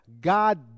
God